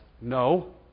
no